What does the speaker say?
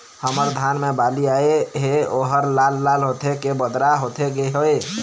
हमर धान मे बाली आए हे ओहर लाल लाल होथे के बदरा होथे गे हे?